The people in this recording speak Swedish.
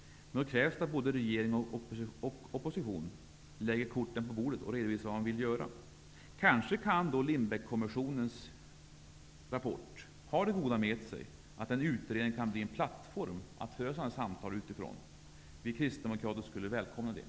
Men då krävs att både regering och opposition lägger korten på bordet och redovisar vad man vill göra. Kanske kan då Lindbeckkommissionens rapport ha det goda med sig att en utredning kan bli en plattform att föra sådana samtal utifrån. Vi kristdemokrater skulle välkomna det.